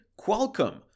Qualcomm